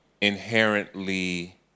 inherently